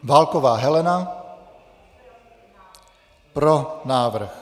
Válková Helena: Pro návrh.